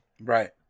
Right